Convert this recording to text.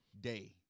day